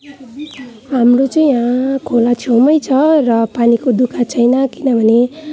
हाम्रो चाहिँ यहाँ खोला छेउमै छ र पानीको दुखः छैन किनभने